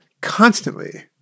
constantly